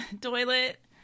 Toilet